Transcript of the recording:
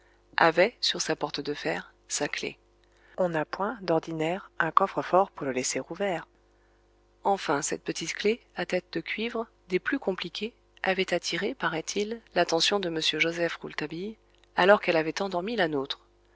avait sur sa porte de fer sa clef on n'a point d'ordinaire un coffre-fort pour le laisser ouvert enfin cette petite clef à tête de cuivre des plus compliquées avait attiré paraît-il l'attention de m joseph rouletabille alors qu'elle avait endormi la nôtre